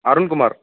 Arunkumar